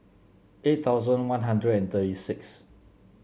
eight thousand One Hundred and thirty six